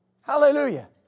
Hallelujah